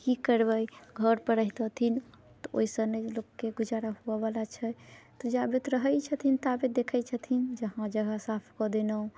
की करबै घर पर रहितथिन तऽ ओइसने लोककेँ गुजरा हुअ बला छै तऽ जाबैत रहैत छथिन ताबैत देखैत छथिन जहाँ जहाँ साफ कऽ देलहुँ